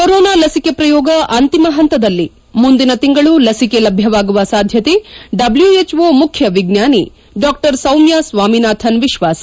corona ಲಸಿಕೆ ಪ್ರಯೋಗ ಅಂತಿಮ ಹಂತದಲ್ಲಿ ಮುಂದಿನ ತಿಂಗಳು ಲಸಿಕೆ ಲಭ್ಯವಾಗುವ ಸಾಧ್ಯತೆ ಡಬ್ನೊಎಚ್ಓ ಮುಖ್ಯ ವಿಜ್ಞಾನಿ ಡಾ ಸೌಮ್ತ ಸ್ನಾಮಿನಾಥನ್ ವಿಶ್ವಾಸ